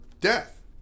death